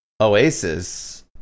Oasis